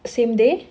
same day